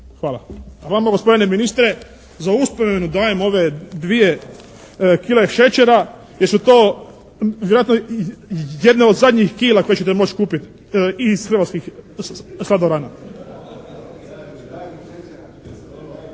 Hvala. Vama gospodine ministre za uspomenu dajem ove dvije kile šećera, jer su to vjerojatno jedne od zadnjih kila koje ćete moći kupiti iz hrvatskih sladorana.